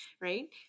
right